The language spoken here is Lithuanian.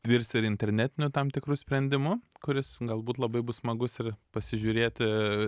virs ir internetiniu tam tikru sprendimu kuris galbūt labai bus smagus ir pasižiūrėti